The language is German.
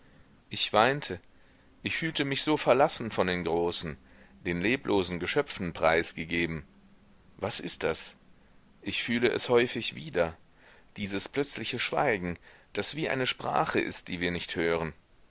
ich weinte ich fühlte mich so verlassen von den großen den leblosen geschöpfen preisgegeben was ist das ich fühle es häufig wieder dieses plötzliche schweigen das wie eine sprache ist die wir nicht hören